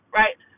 right